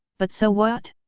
but so what?